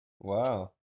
Wow